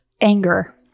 Anger